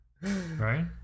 right